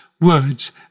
words